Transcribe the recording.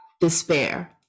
despair